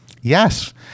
yes